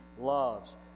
loves